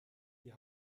die